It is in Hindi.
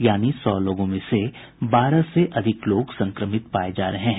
यानी सौ लोगों में से बारह से अधिक लोग संक्रमित पाये जा रहे हैं